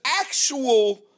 actual